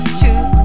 choose